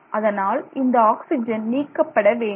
அதனால் இந்த ஆக்சிஜன் நீக்கப்பட வேண்டும்